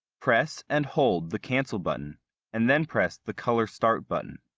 press and hold the cancel button and then press the color start button.